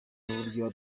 n’uburyo